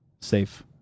Safe